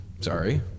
sorry